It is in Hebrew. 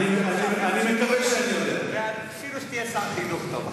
אותך, ואפילו שתהיה שר חינוך טוב.